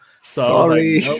Sorry